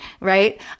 right